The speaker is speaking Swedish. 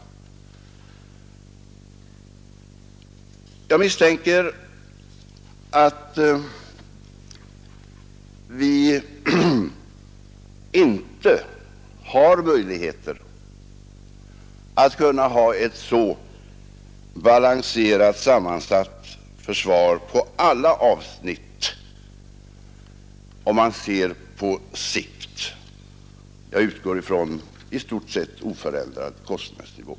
Jag misstänker att vi inte har möjligheter att hålla ett så balanserat sammansatt försvar på alla avsnitt, om man ser på längre sikt — jag utgår då från att kostnadsnivån skulle vara i stort sett oförändrad.